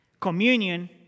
Communion